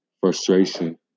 frustration